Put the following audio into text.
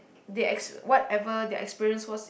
they ex~ whatever their experience was